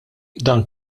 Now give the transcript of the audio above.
dan